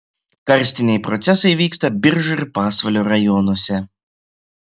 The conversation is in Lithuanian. karstiniai procesai vyksta biržų ir pasvalio rajonuose